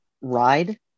ride